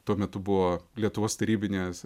tuo metu buvo lietuvos tarybinės